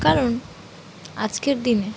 কারণ আজকের দিনে